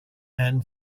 and